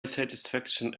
satisfaction